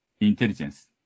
intelligence